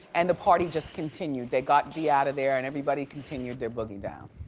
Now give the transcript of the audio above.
and the party just continued. they got dee out of there and everybody continued their boogie down.